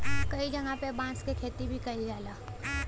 कई जगह पे बांस क खेती भी कईल जाला